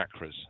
chakras